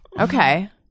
Okay